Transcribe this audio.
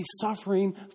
suffering